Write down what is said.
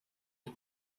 the